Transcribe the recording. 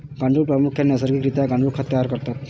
गांडुळे प्रामुख्याने नैसर्गिक रित्या गांडुळ खत तयार करतात